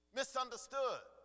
misunderstood